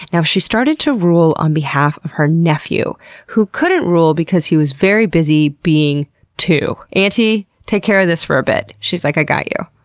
and she started to rule on behalf of her nephew who couldn't rule because was very busy being two. auntie, take care of this for a bit. she's like, i got you.